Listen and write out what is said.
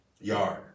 yard